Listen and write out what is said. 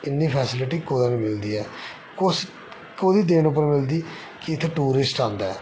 इन्नी फैसिलिटी कुतै नी मिलदी ऐ कुस कोह्दी देन उप्पर मिलदी कि इत्थै टूरिस्ट आंदा ऐ